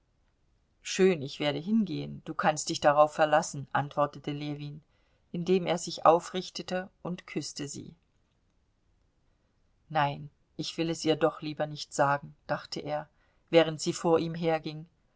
schön ich werde hingehen du kannst dich darauf verlassen antwortete ljewin indem er sich aufrichtete und küßte sie nein ich will es ihr doch lieber nicht sagen dachte er während sie vor ihm herging